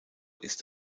ist